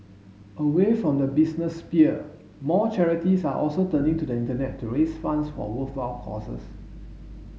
away from the business sphere more charities are also turning to the Internet to raise funds for worthwhile causes